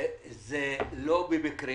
זה לא במקרה.